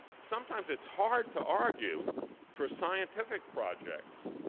sometimes it's hard to argue for scientific projects